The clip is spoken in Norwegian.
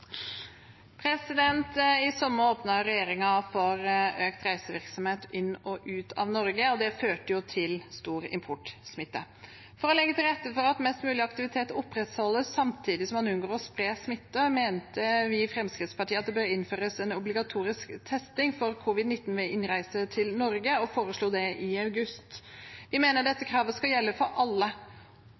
I sommer åpnet regjeringen for økt reisevirksomhet inn og ut av Norge, og det førte til stor importsmitte. For å legge til rette for at mest mulig aktivitet opprettholdes samtidig som man unngår å spre smitte, mente vi i Fremskrittspartiet at det burde innføres obligatorisk testing for covid-19 ved innreise til Norge og foreslo det i august. Vi mener dette kravet skal gjelde for alle.